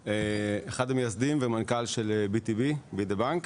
אני אחד המייסדים והמנכ"ל של BTB, Be The Bank.